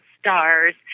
stars